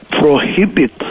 prohibit